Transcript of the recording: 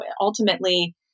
Ultimately